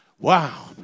Wow